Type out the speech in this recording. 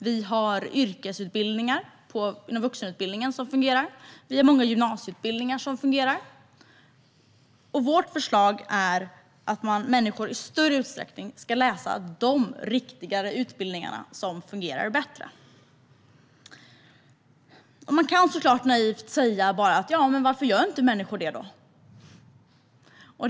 Det finns yrkesutbildningar inom vuxenutbildningen som fungerar. Det finns många gymnasieutbildningar som fungerar. Vårt förslag är att människor i större utsträckning ska gå dessa riktigare utbildningar, som fungerar bättre. Man kan såklart naivt fråga varför människor inte gör detta.